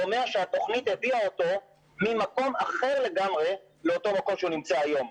אומר שהתוכנית הביאה אותו ממקום אחר לגמרי לאותו מקום שהוא נמצא היום.